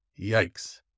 Yikes